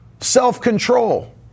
Self-control